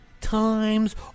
times